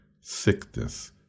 Sickness